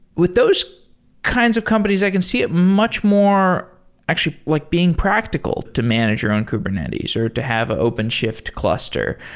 with those kinds of companies, i can see it much more actually like being practical to manage your own kubernetes, or to have an open shift cluster.